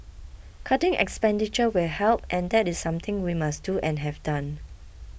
cutting expenditure will help and that is something we must do and have done